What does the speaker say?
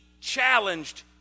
challenged